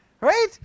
right